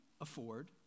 afford